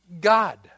God